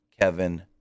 Kevin